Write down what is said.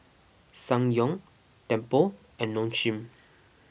Ssangyong Tempur and Nong Shim